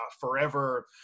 forever